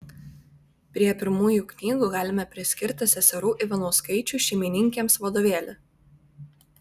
prie pirmųjų knygų galime priskirti seserų ivanauskaičių šeimininkėms vadovėlį